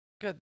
Good